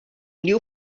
new